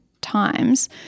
times